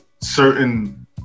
certain